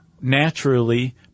naturally